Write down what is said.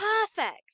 perfect